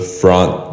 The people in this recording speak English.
front